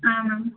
ಹಾಂ ಮ್ಯಾಮ್